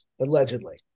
allegedly